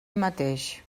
mateix